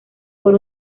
por